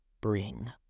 bring